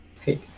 Hey